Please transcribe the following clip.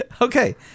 Okay